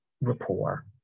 rapport